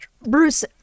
Bruce